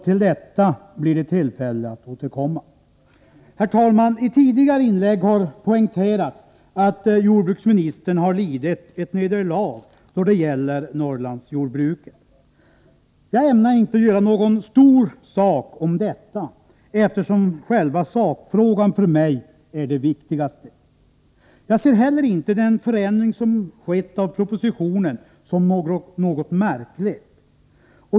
Till detta blir det således tillfälle att återkomma. Herr talman! I tidigare inlägg har det poängterats att jordbruksministern har lidit ett nederlag då det gäller Norrlandsjordbruket. Jag ämnar inte göra någon stor sak om detta, eftersom själva sakfrågan är det viktigaste för mig. Jag ser inte heller förändringen i propositionen som något märkligt.